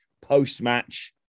post-match